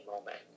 moment